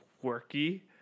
quirky